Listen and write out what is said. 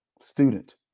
student